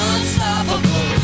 Unstoppable